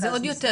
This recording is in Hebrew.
זה עוד יותר,